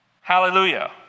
Hallelujah